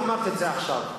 אמרתי את זה עכשיו.